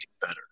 better